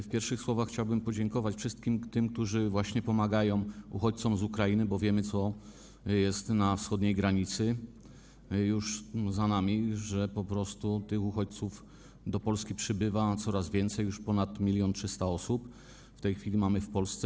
W pierwszych słowach chciałbym podziękować wszystkim tym, którzy właśnie pomagają uchodźcom z Ukrainy, bo wiemy, co jest na wschodniej granicy już za nami, że po prostu tych uchodźców do Polski przybywa coraz więcej, już ponad 1300 osób w tej chwili mamy w Polsce.